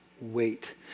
Wait